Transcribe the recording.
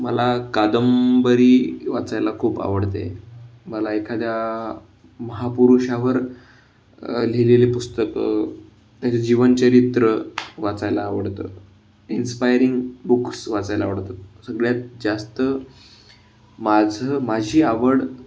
मला कादं बरी वाचायला खूप आवडते मला एखाद्या महापुरुषावर लिहिलेले पुस्तकं त्याचं जीवनचरित्र वाचायला आवडतं इन्स्पायरिंग बुक्स वाचायला आवडतं सगळ्यात जास्त माझं माझी आवड